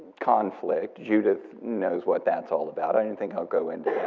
conflict. judith knows what that's all about. i don't think i'll go and